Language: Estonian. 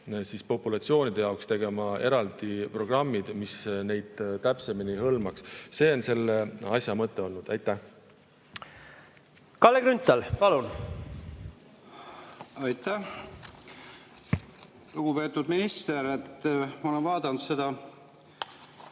alampopulatsioonide jaoks tegema eraldi programmid, mis neid täpsemini hõlmaks. See on selle asja mõte. Kalle Grünthal, palun! Aitäh! Lugupeetud minister! Ma olen vaadanud seda